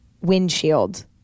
windshield